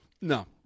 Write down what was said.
No